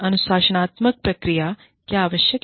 अनुशासनात्मक प्रक्रियाएं क्यों आवश्यक हैं